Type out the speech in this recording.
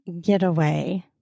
Getaway